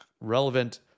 relevant